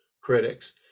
critics